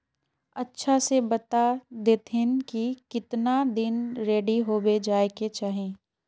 अच्छा से बता देतहिन की कीतना दिन रेडी होबे जाय के चही?